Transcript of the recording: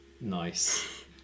Nice